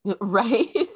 right